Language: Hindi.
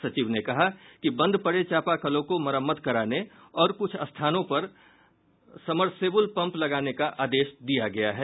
सचिव ने कहा कि बंद पड़े चापाकलों को मरम्मत कराने और कुछ स्थानों पर समर्सिबल पंप लगाने का आदेश दिया गया है